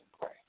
pray